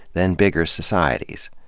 then bigger societies.